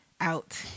out